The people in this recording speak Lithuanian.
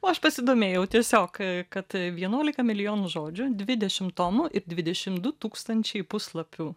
o aš pasidomėjau tiesiog kad vienuolika milijonų žodžių dvidešim tomų ir dvidešim du tūkstančiai puslapių